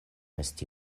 esti